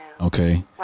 Okay